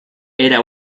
era